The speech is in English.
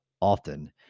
often